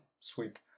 sweet